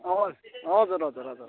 हजुर हजुर हजुर हजुर